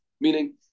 meaning